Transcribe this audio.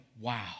wow